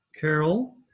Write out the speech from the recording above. Carol